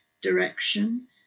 direction